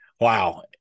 Wow